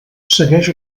segueix